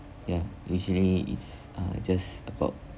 ya usually it's uh just about